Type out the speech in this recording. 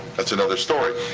that's another story.